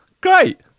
Great